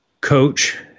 coach